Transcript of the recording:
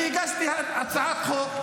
אני הגשתי הצעת חוק,